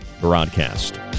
broadcast